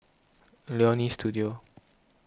Leonie Studio